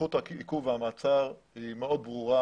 סמכות העיכוב והמעצר היא מאוד ברורה,